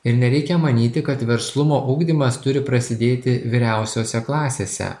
ir nereikia manyti kad verslumo ugdymas turi prasidėti vyriausiose klasėse